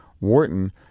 Wharton